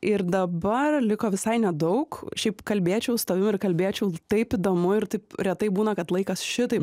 ir dabar liko visai nedaug šiaip kalbėčiau su tavim ir kalbėčiau taip įdomu ir taip retai būna kad laikas šitaip